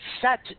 set